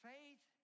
Faith